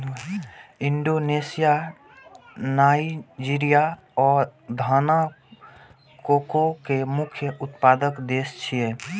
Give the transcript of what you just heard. Indonesia, Nigeria आ Ghana cocoa के मुख्य उत्पादक देश छियै